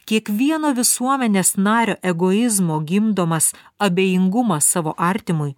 kiekvieno visuomenės nario egoizmo gimdomas abejingumas savo artimui